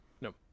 no